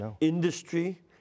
industry